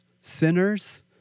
sinners